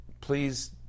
Please